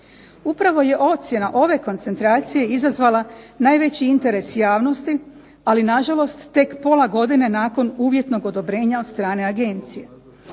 Upravo je ocjena ove koncentracije izazvala najveći interes javnosti, ali nažalost tek pola godine nakon uvjetnog odobrenja od strane agencije.